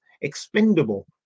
expendable